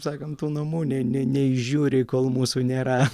sakant tų namų ne ne neišžiūri kol mūsų nėra